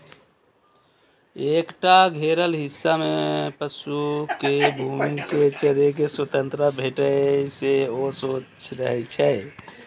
एकटा घेरल हिस्सा मे पशु कें घूमि कें चरै के स्वतंत्रता भेटै से ओ स्वस्थ रहै छै